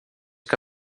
que